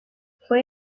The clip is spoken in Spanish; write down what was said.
fue